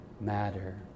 matter